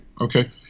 okay